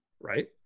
Right